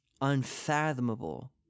unfathomable